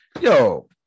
Yo